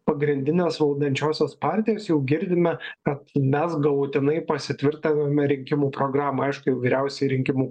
pagrindinės valdančiosios partijos jau girdime kad mes galutinai pasitvirtenome rinkimų programą aišku jau vyriausia rinkimų